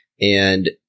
And-